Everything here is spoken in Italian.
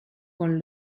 con